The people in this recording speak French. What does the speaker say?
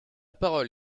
parole